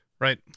Right